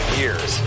years